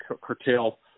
curtail